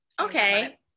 Okay